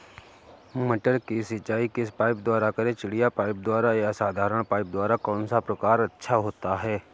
मटर की सिंचाई किस पाइप द्वारा करें चिड़िया पाइप द्वारा या साधारण पाइप द्वारा कौन सा प्रकार अच्छा होता है?